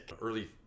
Early